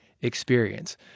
experience